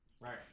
Right